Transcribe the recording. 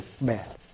bad